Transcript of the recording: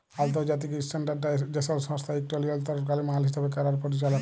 আলতর্জাতিক ইসট্যানডারডাইজেসল সংস্থা ইকট লিয়লতরলকারি মাল হিসাব ক্যরার পরিচালক